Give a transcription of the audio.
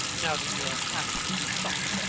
now that you have asked me to stop.